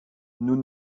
nous